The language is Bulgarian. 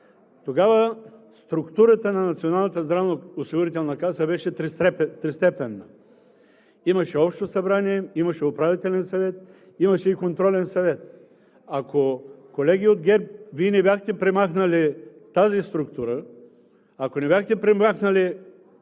тогава структурата на Националната здравноосигурителна каса беше тристепенна. Имаше Общо събрание, имаше Управителен съвет, имаше и Контролен съвет. Ако, колеги от ГЕРБ, Вие не бяхте премахнали тази структура, ако не бяхте премахнали